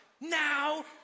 now